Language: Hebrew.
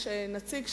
יש שם נציג.